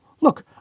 Look